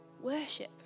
worship